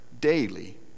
daily